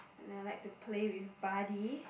and then I like to play with buddy